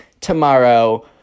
tomorrow